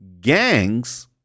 gangs